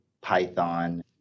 Python